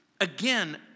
Again